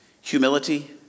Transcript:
humility